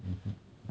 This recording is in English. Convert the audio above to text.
mm